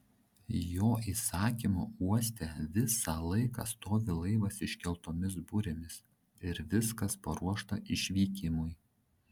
jo įsakymu uoste visą laiką stovi laivas iškeltomis burėmis ir viskas paruošta išvykimui